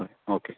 okay